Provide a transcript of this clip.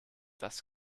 das